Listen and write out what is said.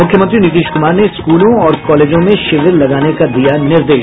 मुख्यमंत्री नीतीश कुमार ने स्कूलों और कॉलेजों में शिविर लगाने का दिया निर्देश